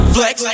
Flex